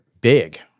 big